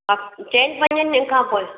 हा चइनि पंज ॾींहंनि खां पोइ